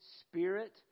spirit